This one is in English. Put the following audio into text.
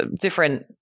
different